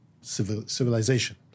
civilization